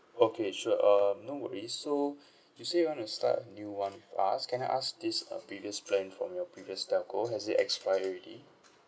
okay sure um no worries so you say you want to start a new one plus can I ask this uh previous plan from your previous telco has it expired already